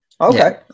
Okay